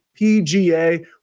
PGA